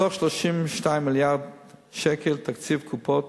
מתוך 32 מיליארד שקל תקציב קופות,